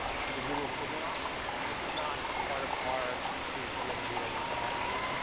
to the google sydney office. this is not part of our street view imagery that we provide to you,